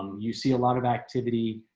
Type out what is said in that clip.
um you see a lot of activity.